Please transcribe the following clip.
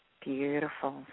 Beautiful